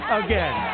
again